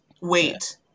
wait